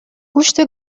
گوشت